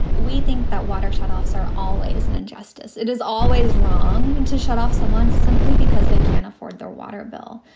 we think that water shutoffs are always an injustice. it is always wrong and to shut off someone simply because they can't afford their water bill.